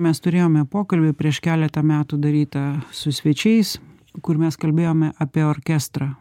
mes turėjome pokalbį prieš keletą metų darytą su svečiais kur mes kalbėjome apie orkestrą